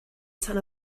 tan